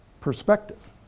perspective